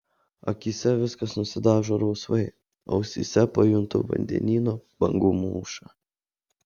akyse viskas nusidažo rausvai ausyse pajuntu vandenyno bangų mūšą